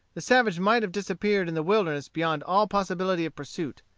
the savage might have disappeared in the wilderness beyond all possibility of pursuit.